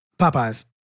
Popeye's